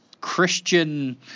Christian